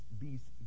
beasts